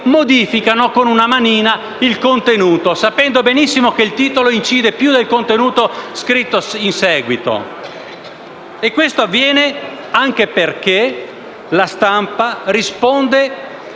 modificano con una manina il contenuto, sapendo benissimo che il titolo incide più di quanto scritto in seguito, e ciò avviene anche perché la stampa risponde